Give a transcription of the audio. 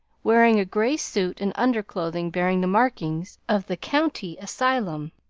wearing a grey suit and underclothing bearing the markings of the county asylum.